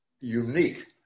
Unique